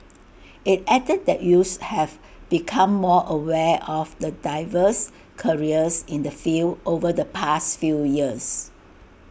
IT added that youths have become more aware of the diverse careers in the field over the past few years